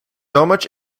much